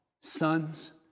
sons